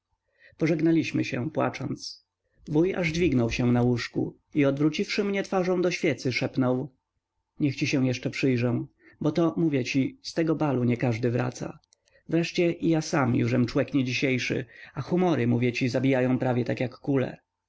męża pożegnaliśmy się płacząc wuj aż dźwignął się na łóżku i odwróciwszy mnie twarzą do świecy szepnął niech ci się jeszcze przypatrzę boto mówię ci z tego balu nie każdy wraca wreszcie i ja sam jużem człek nie dzisiejszy a humory mówię ci zabijają prawie tak jak kule